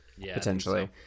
potentially